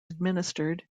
administered